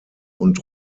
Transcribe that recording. und